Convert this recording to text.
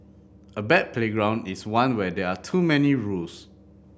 a bad playground is one where there are too many rules